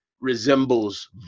resembles